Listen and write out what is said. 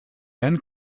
and